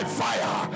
fire